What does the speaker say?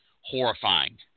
horrifying